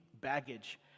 baggage